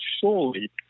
surely